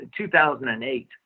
2008